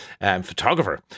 photographer